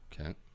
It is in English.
Okay